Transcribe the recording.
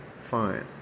fine